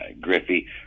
Griffey